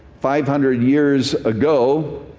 five hundred years ago.